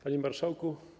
Panie Marszałku!